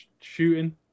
shooting